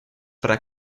para